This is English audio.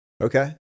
Okay